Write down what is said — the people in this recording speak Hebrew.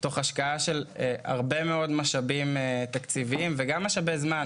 תוך השקעה של הרבה מאוד משאבים תקציביים וגם משאבי זמן.